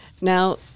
now